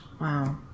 Wow